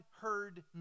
heard